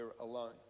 alone